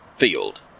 Field